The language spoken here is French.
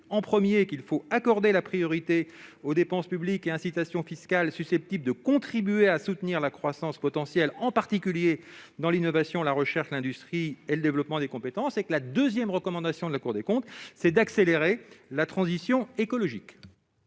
Premièrement, il faut accorder la priorité aux dépenses publiques et aux incitations fiscales susceptibles de contribuer à soutenir la croissance potentielle, en particulier dans l'innovation, la recherche, l'industrie et le développement des compétences. Deuxièmement, toujours selon la Cour des comptes, il faut accélérer la transition écologique.